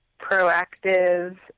proactive